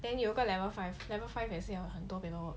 then 有一个 level five level five 也是有很多 paperwork